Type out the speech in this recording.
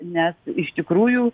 nes iš tikrųjų